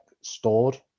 stored